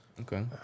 Okay